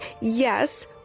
yes